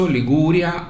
Liguria